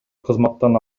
кызматтан